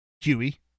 huey